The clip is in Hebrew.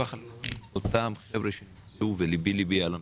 אותם חבר'ה שנפגעו וליבי-ליבי על המשפחות,